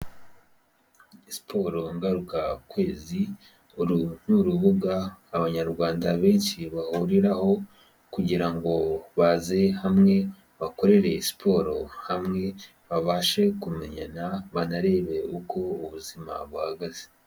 Siporo ngaruka kwezi, uru ni urubuga abanyarwanda benshi bahuriraho kugira ngo baze hamwe bakorere siporo hamwe, babashe kumenyana, banarebe uko ubuzima buhagaze.